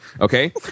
okay